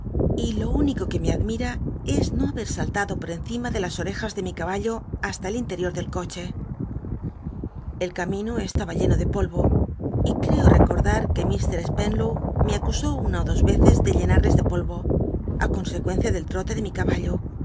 y lo único que me admira es no haber saltado por encima de las orejas de mi caballo hasta el inletior del coche el camino estaba lleno de po yo y cteo rccordat que mr spenlow me acusó una ó dos veces de llenades de polvo á consecuencia del tro le de mi caballo